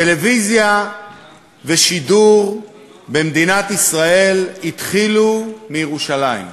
טלוויזיה ושידור במדינת ישראל התחילו מירושלים.